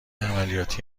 عملیاتی